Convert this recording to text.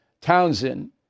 Townsend